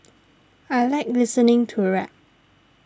I like listening to rap